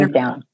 down